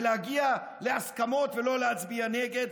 להגיע להסכמות ולא להצביע נגד.